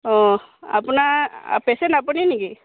অঁ আপোনাৰ পেচেণ্ট আপুনিয়ে নেকি